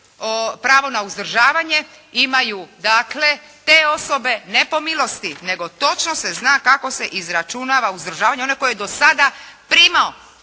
pravo na uzdržavanje imaju dakle te osobe ne po milosti, nego točno se zna kako se izračunava izračunava uzdržavanje onaj koji je do sada primao.